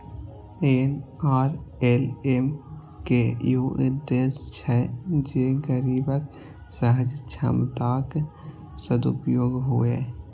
NRLM के इहो उद्देश्य छै जे गरीबक सहज क्षमताक सदुपयोग हुअय